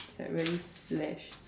it's like really flesh